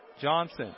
Johnson